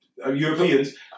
Europeans